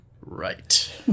Right